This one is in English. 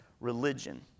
religion